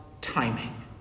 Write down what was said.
timing